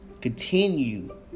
Continue